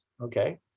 okay